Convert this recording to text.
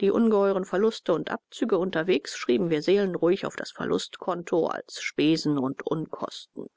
die ungeheuren verluste und abzüge unterwegs schrieben wir seelenruhig auf das verlustkonto als spesen und unkosten